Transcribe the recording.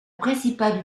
principale